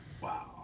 Wow